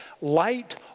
light